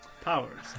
powers